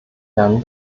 gern